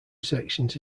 sections